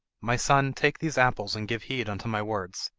my son, take these apples and give heed unto my words.